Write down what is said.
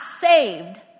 saved